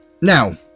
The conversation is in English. now